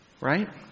right